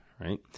Right